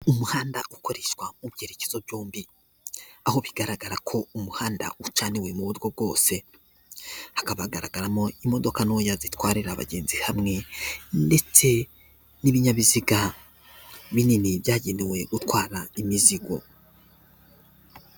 Umuhanda ukoreshwa mu byerekezo byombi aho bigaragara ko umuhanda ucaniwe mu buryo bwose, hakaba hagaragaramo imodoka ntoya zitwarira abagenzi hamwe ndetse n'ibinyabiziga binini byagenewe gutwara imizigo.